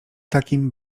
takim